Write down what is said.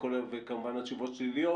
וכמובן התשובות שליליות,